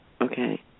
Okay